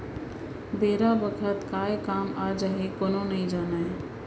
बेरा बखत काय काम आ जाही कोनो नइ जानय